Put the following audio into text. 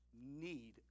need